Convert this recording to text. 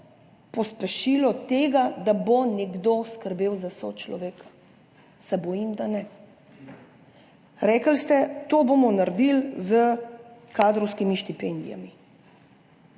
pospešilo tega, da bo nekdo skrbel za sočloveka. Se bojim, da ne. Rekli ste, to bomo naredili s kadrovskimi štipendijami.